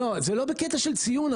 לא, זה לא בקטע של ציון.